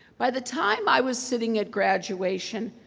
by the time i was sitting at graduation,